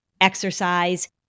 exercise